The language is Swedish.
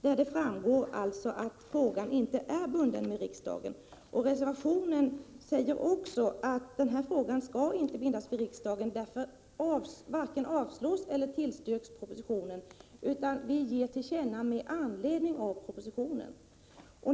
Där framgår det att frågan inte är bunden vid riksdagen. I reservationen sägs det också att denna fråga inte skall bindas vid riksdagen. Därför varken avstyrks eller tillstyrks propositionen, utan vi ger till känna med anledning av propositionen.